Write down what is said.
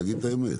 תגיד את האמת?